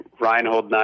Reinhold